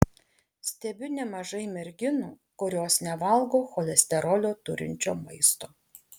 stebiu nemažai merginų kurios nevalgo cholesterolio turinčio maisto